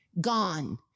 gone